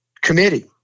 committee